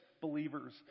believers